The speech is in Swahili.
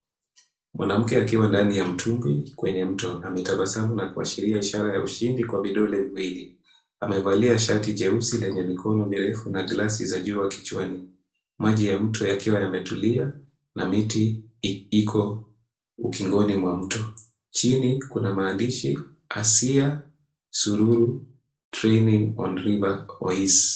Mwanamke akiwa ndani ya mtumbwi kwenye mto ametabasamu na kuashiria ishara ya ushindi kwa vidole viwili. Amevalia shati jeusi lenye mikono mirefu na glasi za jua kichwani, maji ya mto yakiwa yametulia na miti iko ukingoni mwa mto. Chini kuna maandishi Asiya Sururu training on river Oise .